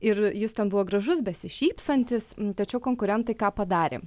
ir jis ten buvo gražus besišypsantis tačiau konkurentai ką padarė